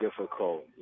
difficult